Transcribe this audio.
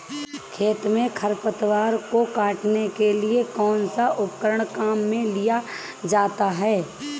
खेत में खरपतवार को काटने के लिए कौनसा उपकरण काम में लिया जाता है?